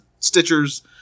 Stitchers